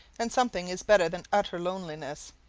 and something is better than utter loneliness.